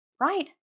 right